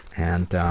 and,